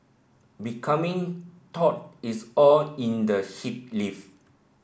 becoming taut is all in the hip lift